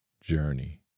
journey